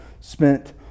spent